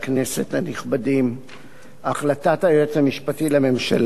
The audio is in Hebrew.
החלטת היועץ המשפטי לממשלה בעניין הרב אליהו,